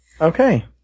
Okay